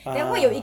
(uh huh)